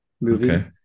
movie